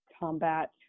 combat